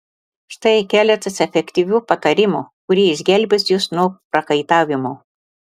štai keletas efektyvių patarimų kurie išgelbės jus nuo prakaitavimo